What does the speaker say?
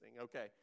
Okay